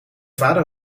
vader